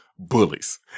Bullies